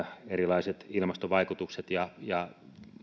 erilaiset ilmastovaikutukset ja ja